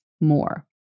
more